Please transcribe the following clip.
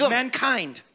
mankind